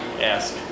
ask